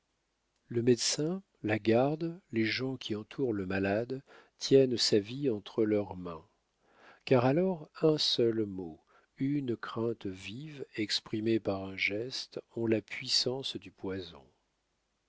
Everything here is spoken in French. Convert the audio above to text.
le médecin la garde les gens qui entourent le malade tiennent sa vie entre leurs mains car alors un seul mot une crainte vive exprimée par un geste ont la puissance du poison